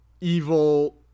evil